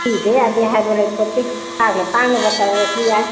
ꯄꯤꯗ ꯌꯥꯗꯦ ꯍꯥꯏꯕ ꯂꯩꯄꯣꯟꯇꯦ ꯄꯥꯡꯅ ꯄꯥꯡꯅꯕ ꯇꯧꯔꯁꯨ ꯌꯥꯏ